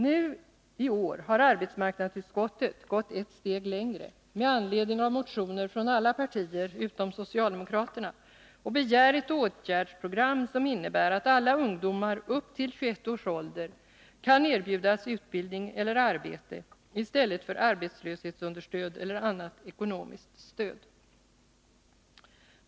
Nu i år har arbetsmarknadsutskottet gått ett steg längre med anledning av motioner från alla partier, utom socialdemokraterna, och begär ett åtgärdsprogram, som innebär att alla ungdomar upp till 21 års ålder kan erbjudas utbildning eller arbete i stället för arbetslöshetsunderstöd eller annat ekonomiskt stöd.